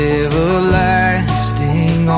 everlasting